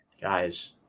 guys